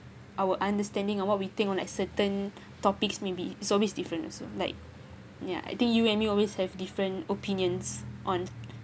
our understanding of what we think on like certain topics maybe it's always different also like ya I think you and me always have different opinions on